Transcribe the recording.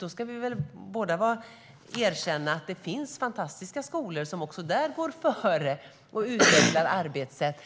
Vi ska väl båda erkänna att det finns fantastiska skolor som också där går före och utvecklar arbetssätt.